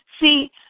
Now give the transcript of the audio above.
See